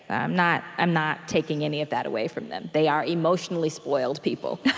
i'm not i'm not taking any of that away from them. they are emotionally spoiled people,